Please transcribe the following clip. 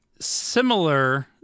similar